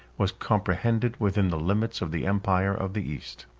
was comprehended within the limits of the empire of the east.